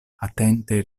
atente